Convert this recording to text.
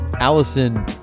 Allison